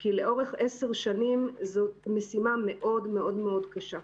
כי לאורך 10 שנים זו משימה מאוד-מאוד קשה.